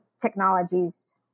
technologies